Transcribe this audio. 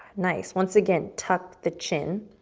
nice, once again, tuck the chin.